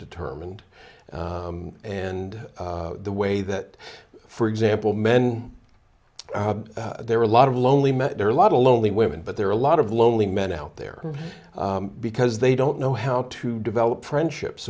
determined and the way that for example men there are a lot of lonely met there are a lot of lonely women but there are a lot of lonely men out there because they don't know how to develop friendships